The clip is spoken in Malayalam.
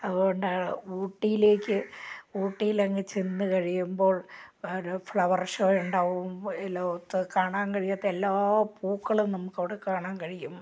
അതു കൊണ്ടാണ് ഊട്ടിയിലേക്ക് ഊട്ടിയിൽ അങ്ങ് ചെന്ന് കഴിയുമ്പോൾ അവിടെ ഫ്ലവർ ഷോ ഉണ്ടാകും എല്ലാം കാണാൻ കഴിയാത്ത എല്ലാ പൂക്കളും നമുക്ക് അവിടെ കാണാൻ കഴിയും